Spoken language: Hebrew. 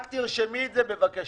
רק תרשמי את זה, בבקשה.